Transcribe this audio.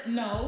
no